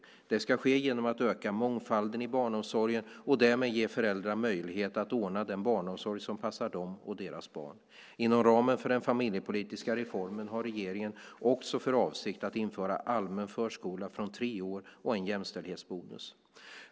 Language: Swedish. Detta ska ske genom att öka mångfalden i barnomsorgen och därmed ge föräldrar möjlighet att ordna den barnomsorg som passar dem och deras barn. Inom ramen för den familjepolitiska reformen har regeringen också för avsikt att införa allmän förskola från tre år och en jämställdhetsbonus.